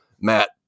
Matt